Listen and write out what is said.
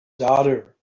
daughter